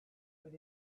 but